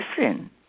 listen